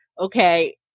okay